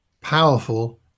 powerful